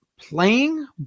playing